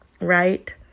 right